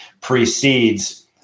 precedes